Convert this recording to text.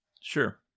sure